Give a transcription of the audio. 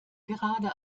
gerade